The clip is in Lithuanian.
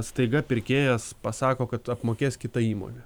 staiga pirkėjas pasako kad apmokės kita įmonė